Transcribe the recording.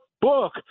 book